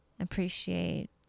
appreciate